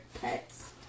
pets